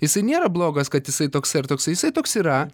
jisai nėra blogas kad jisai toks ar toksai jisai toks yra